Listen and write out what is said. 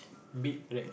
big black